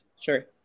Sure